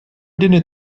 dinner